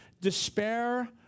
despair